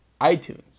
iTunes